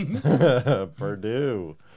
Purdue